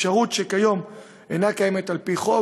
אפשרות שכיום אינה קיימת על-פי חוק,